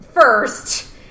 first